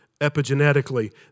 epigenetically